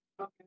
Okay